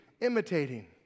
imitating